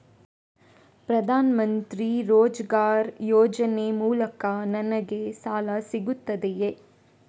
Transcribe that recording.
ಪ್ರದಾನ್ ಮಂತ್ರಿ ರೋಜ್ಗರ್ ಯೋಜನೆ ಮೂಲಕ ನನ್ಗೆ ಸಾಲ ಸಿಗುತ್ತದೆಯೇ?